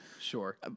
Sure